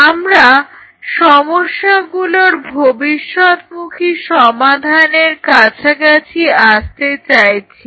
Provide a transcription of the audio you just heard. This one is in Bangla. আমরা সমস্যাগুলোর ভবিষ্যৎমুখী সমাধানের কাছাকাছি আসতে চাইছি